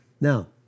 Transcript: Now